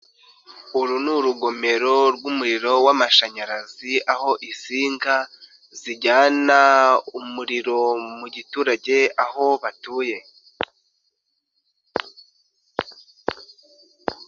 Uru ni urugomero rw'umuriro w'amashanyarazi, aho insinga zijyana umuriro mu giturage aho batuye.